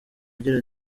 agira